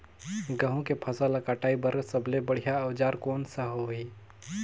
गहूं के फसल ला कटाई बार सबले बढ़िया औजार कोन सा होही?